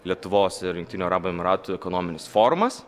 lietuvos ir jungtinių arabų emyratų ekonominis forumas